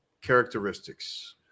characteristics